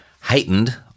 heightened